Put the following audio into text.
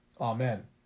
Amen